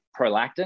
prolactin